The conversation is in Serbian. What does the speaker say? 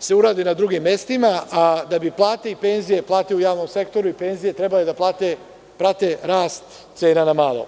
se urade na drugim mestima, a da bi plate i penzije, plate u javnom sektoru i penzije trebalo da prate rast cena na malo.